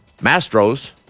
Mastro's